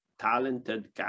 talented